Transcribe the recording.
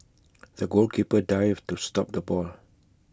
the goalkeeper dived to stop the ball